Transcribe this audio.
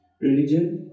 religion